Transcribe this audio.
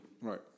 Right